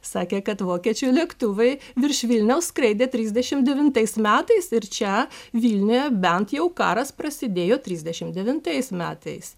sakė kad vokiečių lėktuvai virš vilniaus skraidė trisdešim devintais metais ir čia vilniuje bent jau karas prasidėjo trisdešim devintais metais